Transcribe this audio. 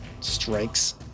strikes